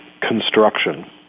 construction